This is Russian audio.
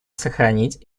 сохранить